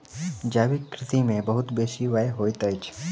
जैविक कृषि में बहुत बेसी व्यय होइत अछि